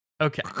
Okay